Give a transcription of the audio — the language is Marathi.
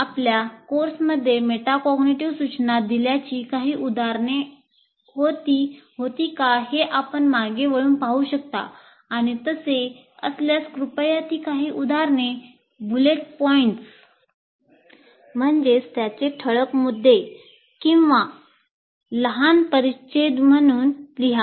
आपल्या कोर्समध्ये मेटाकॉग्निटिव्ह सूचना दिल्याची काही उदाहरणे होती का हे आपण मागे वळून पाहू शकता आणि तसे असल्यास कृपया ती काही उदाहरणे ठळक मुद्दे किंवा लहान परिच्छेद म्हणून लिहा